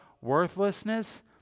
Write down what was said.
worthlessness